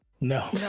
No